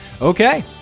Okay